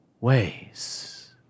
ways